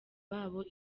babo